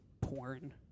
porn